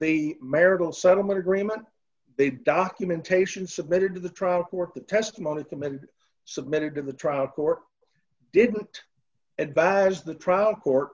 the marital settlement agreement they documentation submitted to the trial court the testimony committed submitted to the trial court didn't advise the trial court